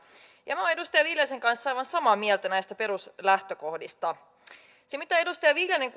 minä olen edustaja viljasen kanssa aivan samaa mieltä näistä peruslähtökohdista se mitä edustaja viljanen